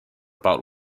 about